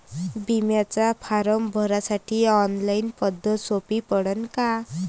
बिम्याचा फारम भरासाठी ऑनलाईन पद्धत सोपी पडन का?